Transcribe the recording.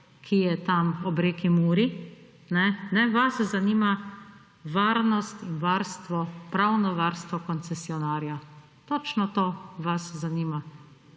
ki je tam ob reki Muri. Vas zanima varnost in pravno varstvo koncesionarja. Točno to vas zanima.